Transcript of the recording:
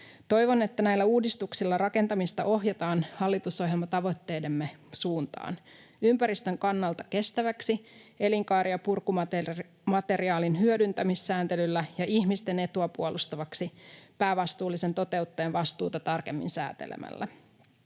Toivon, että näillä uudistuksilla rakentamista ohjataan hallitusohjelmatavoitteidemme suuntaan, ympäristön kannalta kestäväksi elinkaari- ja purkumateriaalin hyödyntämissääntelyllä ja ihmisten etua puolustavaksi päävastuullisen toteuttajan vastuuta tarkemmin säätelemällä.